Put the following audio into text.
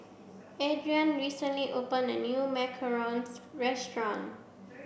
Ariane recently opened a new Macarons restaurant